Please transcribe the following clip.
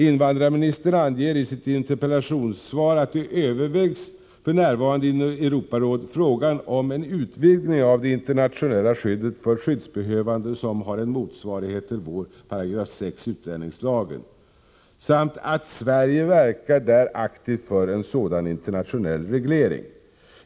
Invandrarministern anger i sitt interpellationssvar att inom Europarådet f.n. övervägs frågan om en utvidgning av det internationella skyddet för skyddsbehövande som har en motsvarighet i vår 6 § utlänningslagen, samt att Sverige där verkar aktivt för en sådan internationell reglering.